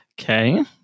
Okay